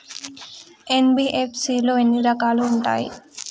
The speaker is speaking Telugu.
ఎన్.బి.ఎఫ్.సి లో ఎన్ని రకాలు ఉంటాయి?